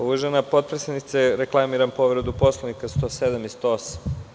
Uvažena potpredsednice reklamiram povredu Poslovnika 107. i 108.